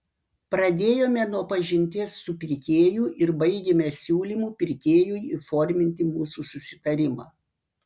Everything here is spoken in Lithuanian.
pradėjome nuo pažinties su pirkėju ir baigėme siūlymu pirkėjui įforminti mūsų susitarimą